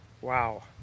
Wow